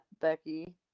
Becky